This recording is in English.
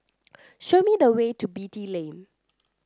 show me the way to Beatty Lane